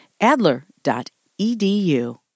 Adler.edu